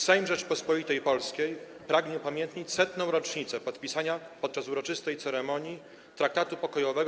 Sejm Rzeczypospolitej Polskiej pragnie upamiętnić 100. rocznicę podpisania podczas uroczystej ceremonii traktatu pokojowego